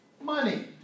Money